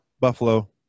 Buffalo